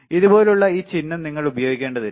ഇതുപോലുള്ള ഈ ചിഹ്നം നിങ്ങൾ ഉപയോഗിക്കേണ്ടതില്ല